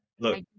Look